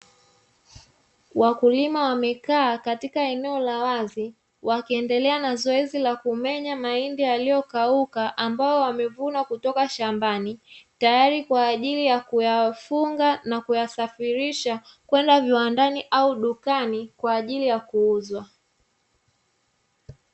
Wakulima wamekaa katika eneo la wazi wakiendelea na zoezi la kumenya mahindi yaliyokauka ambao wamevunwa kutoka shambani, tayari kwa ajili ya kuyafunga na kuyasafirisha kwenda viwandani au dukani kwa ajili ya kuuzwa.